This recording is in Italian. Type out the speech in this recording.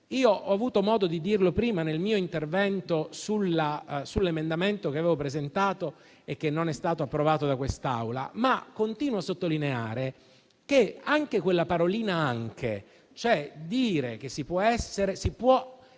Ho avuto modo di dirlo prima intervenendo sull'emendamento che avevo presentato e che non è stato approvato da quest'Aula, ma continuo a sottolineare che con quella parolina «anche», cioè dicendo che si può sollevare il